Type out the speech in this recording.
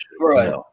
Right